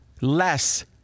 less